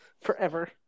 Forever